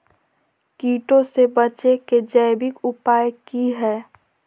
कीटों से बचे के जैविक उपाय की हैय?